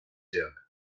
déag